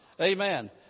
Amen